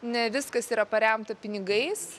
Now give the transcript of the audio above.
ne viskas yra paremta pinigais